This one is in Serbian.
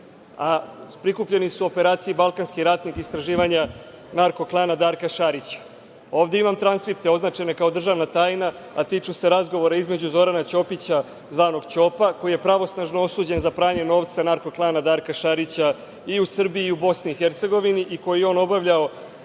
a prikupljeni su operaciji „Balkanski ratnik – istraživanja narko klana Darka Šarića“.Ovde imam transkripte označene kao državna tajna, a tiču se razgovora između Zorana Ćopića zvanog Ćopa, koji je pravosnažno osuđene za pranje novca narko klana Darka Šarića i u Srbiji i u BiH i koji je on obavljao